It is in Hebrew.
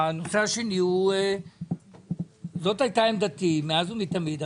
זו הייתה עמדתי מאז ומתמיד.